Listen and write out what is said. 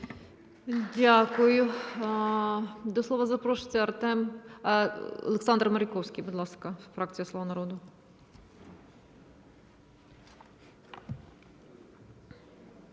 Дякую. До слова запрошується Олександр Маріковський, будь ласка. Фракція "Слуга народу".